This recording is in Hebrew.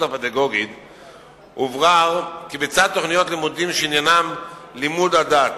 הפדגוגית הוברר כי בצד תוכניות לימודים שעניינן לימוד הדת,